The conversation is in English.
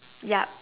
yup